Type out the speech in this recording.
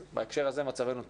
אז בהקשר הזה מצבנו טוב.